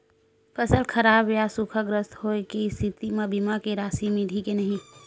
फसल खराब या सूखाग्रस्त होय के स्थिति म बीमा के राशि मिलही के नही?